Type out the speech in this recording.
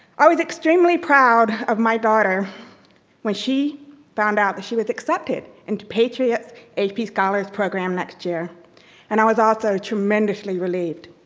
i was extremely proud of my daughter when she found out that she was accepted into patriots ap scholars program next year and i was also tremendously relieved.